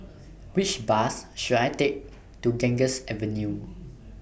Which Bus should I Take to Ganges Avenue